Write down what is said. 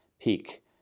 peak